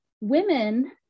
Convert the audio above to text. Women